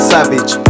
Savage